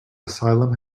asylum